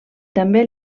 també